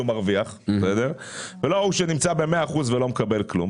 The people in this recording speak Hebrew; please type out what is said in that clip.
מרוויח ולא ההוא שנמצא ב-100 אחוזים ולא מקבל כלום,